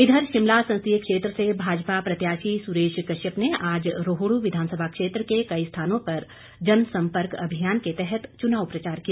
इधर शिमला संसदीय क्षेत्र से भाजपा प्रत्याशी सुरेश कश्यप ने आज रोहडू विधानसभा क्षेत्र के कई स्थानों पर जनसम्पर्क अभियान के तहत चुनाव प्रचार किया